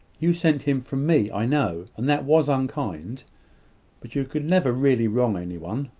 you sent him from me, i know and that was unkind but you could never really wrong any one.